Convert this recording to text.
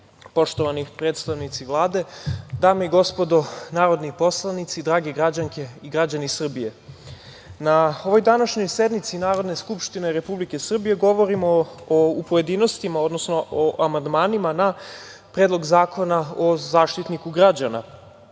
poštovani predstavnici Vlade, dame i gospodo narodni poslanici, dragi građani i građanke Srbije, na ovoj današnjoj sednici Narodne skupštine Republike Srbije govorimo u pojedinostima, odnosno o amandmanima na Predlog zakona o Zaštitniku građana. Ovim